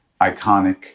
iconic